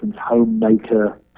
homemaker